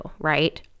Right